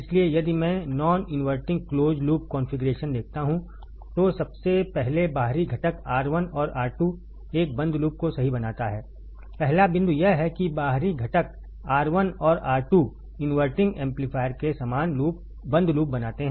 इसलिए यदि मैं non inverting close loop configuration देखता हूं तो सबसे पहले बाहरी घटक R1और R2 एक बंद लूप को सही बनाता है पहला बिंदु यह है कि बाहरी घटक R1 और R2 इनवर्टिंग एम्पलीफायर के समान बंद लूप बनाते है